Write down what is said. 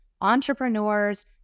entrepreneurs